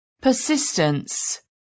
persistence